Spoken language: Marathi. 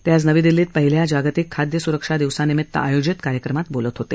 ते आज दिल्लीत पहिल्या जागतिक खाद्या सुरक्षा दिवसानिमित्त आयोजित कार्यक्रमात बोलत होते